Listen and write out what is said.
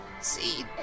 See